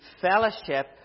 fellowship